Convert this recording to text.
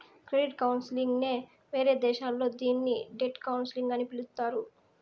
credit counselling నే వేరే దేశాల్లో దీన్ని డెట్ కౌన్సిలింగ్ అని పిలుత్తారు